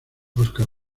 óscar